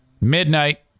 midnight